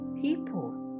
people